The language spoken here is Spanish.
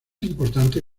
importante